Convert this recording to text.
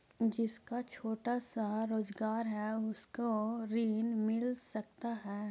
जिसका छोटा सा रोजगार है उसको ऋण मिल सकता है?